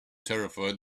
terrified